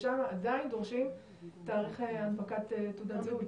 ששם עדיין דורשים תאריכי הנפקת תעודת זהות.